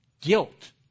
Guilt